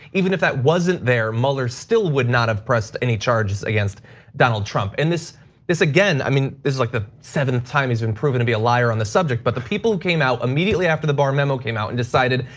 even if that wasn't there, mueller still would not have pressed any charges against donald trump. and this this again, i mean is like the seventh time he's been proven to be a liar on the subject, but the people who came out immediately after the barr memo came out and decided.